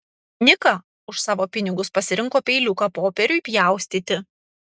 nika už savo pinigus pasirinko peiliuką popieriui pjaustyti